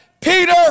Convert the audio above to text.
Peter